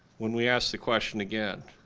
when we asked the question again?